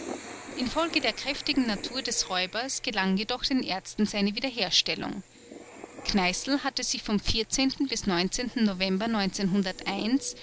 infolge der kräftigen natur des räubers gelang jedoch den ärzten seine wiederherstellung kneißl hatte sich vom bis november